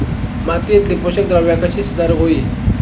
मातीयेतली पोषकद्रव्या कशी सुधारुक होई?